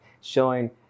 showing